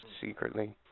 secretly